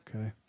Okay